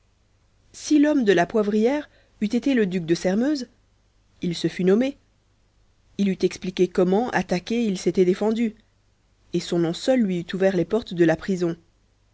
si l'homme de la poivrière eût été le duc de sairmeuse il se fût nommé il eût expliqué comment attaqué il s'était défendu et son nom seul lui eût ouvert les portes de la prison